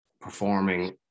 performing